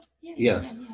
Yes